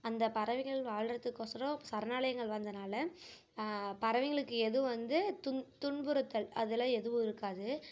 அந்த பறவைகள் வாழ்கிறதுக்கொசரம் சரணாலயங்கள் வந்தனால் பறவைங்களுக்கு எது வந்து துன் துன்புறுத்தல் அதெல்லாம் எதுவும் இருக்காது